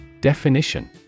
Definition